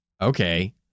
okay